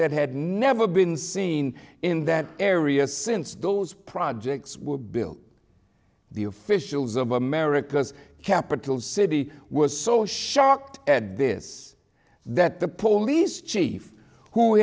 that had never been seen in that area since those projects were built the officials of america's capital city was so shocked at this that the police chief who